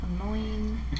Annoying